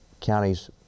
counties